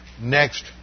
next